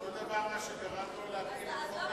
אותו הדבר גרם לו להוריד את חוק ההשתמטות.